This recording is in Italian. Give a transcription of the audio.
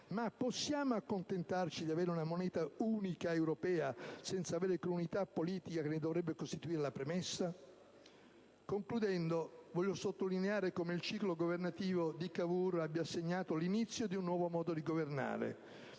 Ma possiamo accontentarci di avere una moneta unica europea senza avere quell'unità politica che ne dovrebbe costituire la premessa? Concludendo voglio sottolineare come il ciclo governativo di Cavour abbia segnato l'inizio di un nuovo modo di governare,